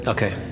Okay